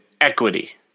equity